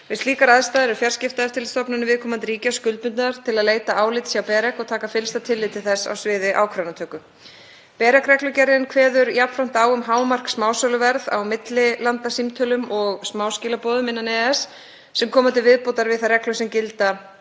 Við slíkar aðstæður eru fjarskiptaeftirlitsstofnanir viðkomandi ríkja skuldbundnar til að leita álits hjá BEREC og taka fyllsta tillit til þess álits við ákvörðunartöku. BEREC-reglugerðin kveður jafnframt á um hámarkssmásöluverð á millilandasímtölum og smáskilaboðum innan EES, sem koma til viðbótar við þær reglur sem þegar